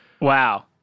Wow